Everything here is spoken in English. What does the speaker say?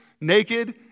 naked